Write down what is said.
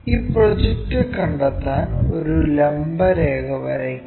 ഈ പ്രൊജക്റ്റർ കണ്ടെത്താൻ ഒരു ലംബ രേഖ വരയ്ക്കുക